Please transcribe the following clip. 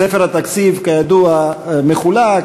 ספר התקציב, כידוע, מחולק